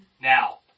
Now